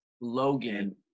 Logan